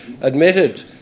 admitted